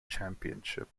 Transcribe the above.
championship